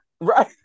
Right